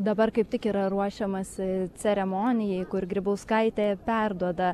dabar kaip tik yra ruošiamasi ceremonijai kur grybauskaitė perduoda